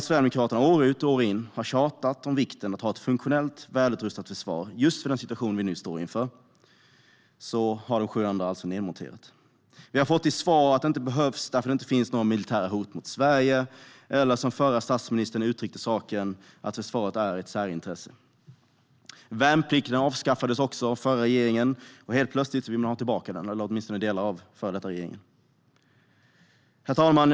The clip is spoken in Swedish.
Sverigedemokraterna däremot har år ut och år in tjatat om vikten av att ha ett funktionellt, välutrustat försvar just för den situation vi nu står inför. Vi har fått till svar att det inte behövs eftersom det inte finns några militära hot mot Sverige - eller som förre statsministern uttryckte saken: Försvaret är ett särintresse. Värnplikten avskaffades också av den förra regeringen. Men nu vill man plötsligt ha tillbaka den, eller åtminstone vill delar av den förra regeringen det. Herr talman!